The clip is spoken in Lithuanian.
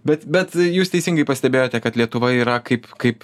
bet bet jūs teisingai pastebėjote kad lietuva yra kaip kaip